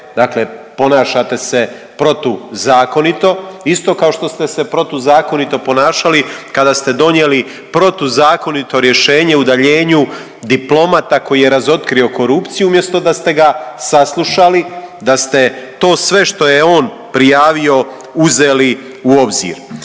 Dakle, ponašate se protuzakonito. Isto kao što ste se protuzakonito ponašali kada ste donijeli protuzakonito rješenje o udaljenju diplomata koji je razotkrio korupciju umjesto da ste ga saslušali, da ste to sve što je on prijavio uzeli u obzir.